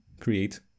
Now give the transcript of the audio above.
create